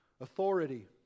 authority